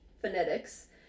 Phonetics